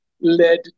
led